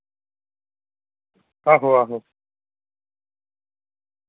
आहो आहो